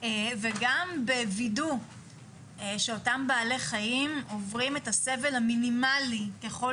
וגם בוידוא שאותם בעלי חיים עוברים את הסבל המינימלי ככל